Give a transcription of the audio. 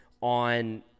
on